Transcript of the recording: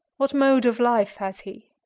what mode of life has he?